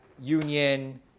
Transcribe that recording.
union